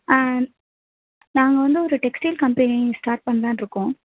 நாங்கள் வந்து ஒரு டெக்ஸ்டைல் கம்பெனி ஸ்டாட் பண்ணலான்னு இருக்கோம்